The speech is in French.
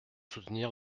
soutenir